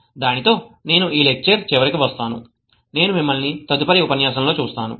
దానితో నేను ఈ లెక్చర్ చివరికి వస్తాను నేను మిమ్మల్ని తదుపరి ఉపన్యాసంలో చూస్తాను